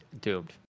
Doomed